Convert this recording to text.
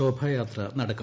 ശോഭയാത്ര നടക്കും